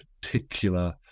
particular